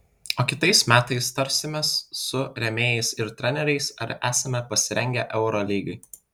o kitais metais tarsimės su rėmėjais ir treneriais ar esame pasirengę eurolygai